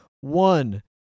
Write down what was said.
one